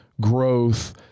growth